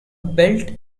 built